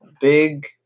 big